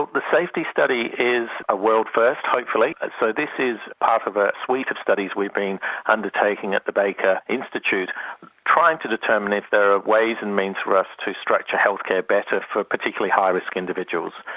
the safety study is a world first, hopefully. so this is ah part of a suite of studies we've been undertaking at the baker institute trying to determine if there are ways and means for us to structure healthcare better for particularly high risk individuals.